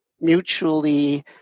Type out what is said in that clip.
mutually